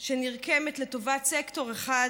שנרקמת לטובת סקטור אחד,